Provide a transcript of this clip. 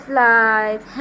life